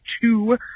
two